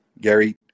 Gary